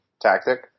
tactic